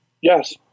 Yes